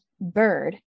Bird